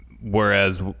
Whereas